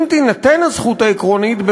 אם תינתן הזכות העקרונית,